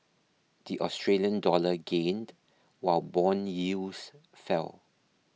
the Australian dollar gained while bond yields fell